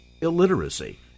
illiteracy